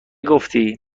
گفتی